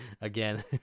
again